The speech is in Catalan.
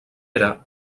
era